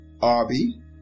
Arby